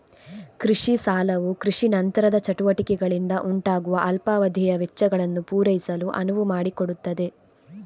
ಕೃಷಿ ಸಾಲವು ಕೃಷಿ ನಂತರದ ಚಟುವಟಿಕೆಗಳಿಂದ ಉಂಟಾಗುವ ಅಲ್ಪಾವಧಿಯ ವೆಚ್ಚಗಳನ್ನು ಪೂರೈಸಲು ಅನುವು ಮಾಡಿಕೊಡುತ್ತದೆ